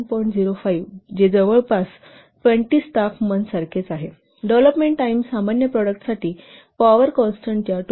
05 जे जवळजवळ 20 स्टाफ मंथसारखेच असते डेव्हलपमेंट टाईम सामान्य प्रॉडक्टसाठी पॉवर कॉन्स्टन्टच्या 2